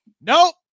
Nope